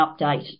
update